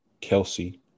Kelsey